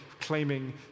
claiming